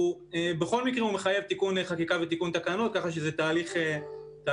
בכל מקרה הוא מחייב תיקון חקיקה ותקנות כך שזה תהליך ארוך.